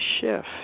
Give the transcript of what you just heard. Shift